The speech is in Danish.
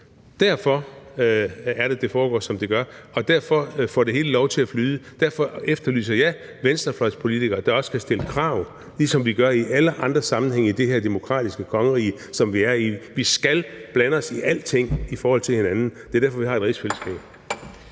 Derfor er det, det går, som det gør, og derfor får det hele lov til at flyde. Derfor efterlyser jeg venstrefløjspolitikere, der også kan stille krav, ligesom vi gør i alle andre sammenhænge i det her demokratiske kongerige, som vi er i. Vi skal blande os i alting i forhold til hinanden. Det er derfor, vi har et rigsfællesskab.